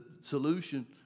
solution